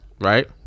Right